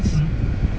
mm